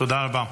תודה רבה.